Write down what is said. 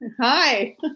Hi